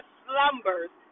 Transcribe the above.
slumbers